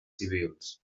civils